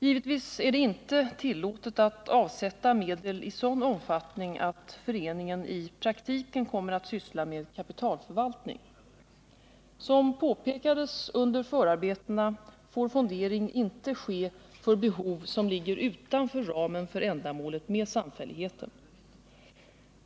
Givetvis är det inte tillåtet att avsätta medel i sådan omfattning att föreningen i praktiken kommer att syssla med kapitalförvaltning. Som påpekades under förarbetena får fondering inte ske för behov som ligger utanför ramen för ändamålet med samfälligheten.